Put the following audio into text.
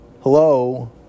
Hello